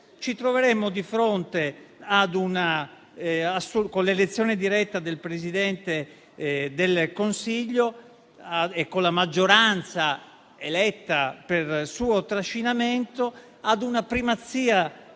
Ci troveremmo di fronte, con l'elezione diretta del Presidente del Consiglio e con la maggioranza eletta per suo trascinamento, ad una primazia